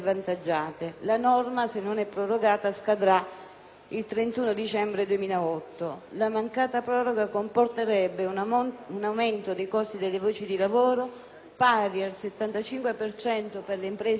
il 31 dicembre 2008. La mancata proroga comporterebbe un aumento dei costi della voce lavoro pari al 75 per cento per le imprese agricole nelle regioni ex obiettivo 1